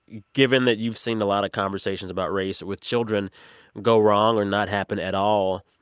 given that you've seen a lot of conversations about race with children go wrong or not happen at all,